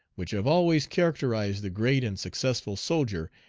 which have always characterized the great and successful soldier,